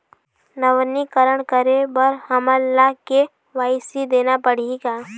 नवीनीकरण करे बर हमन ला के.वाई.सी देना पड़ही का?